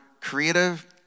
creative